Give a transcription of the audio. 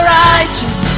righteous